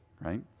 right